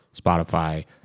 Spotify